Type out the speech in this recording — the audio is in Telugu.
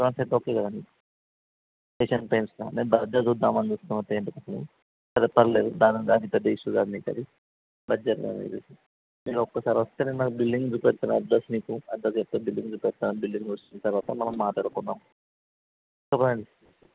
అడ్వాన్స్ అయితే ఓకే కదా నీకు ఏషియన్ పెయింట్స్ దాంట్లనే బర్జర్ చూద్దామని చెప్పి పెయింట్ సరే పర్లేదు దానికి దానికి అంత పెద్ద ఇష్యు కాదు నీకు అది బర్జర్లో నాకు తెలిసి మీరు ఒక్కసారి వస్తే బిల్డింగ్ చూపెడతాను అడ్రస్ నీకు అడ్రస్ చెప్తాను బిల్డింగ్ చూపెడతాను బిల్డింగ్ వచ్చిన తరవాత మనం మాట్లాడుకుందాము చెప్పండి